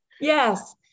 Yes